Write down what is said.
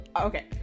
okay